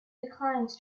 declines